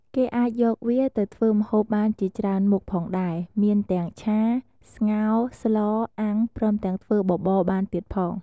គេអាចយកវាទៅធ្វើម្ហូបបានជាច្រើនមុខផងដែរមានទាំងឆា ស្ងោរ ស្ល អាំង ព្រមទាំងធ្វើបបរបានទៀតផង។